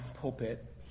pulpit